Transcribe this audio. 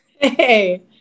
Hey